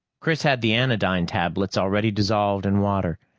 chris had the anodyne tablets already dissolved in water,